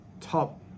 top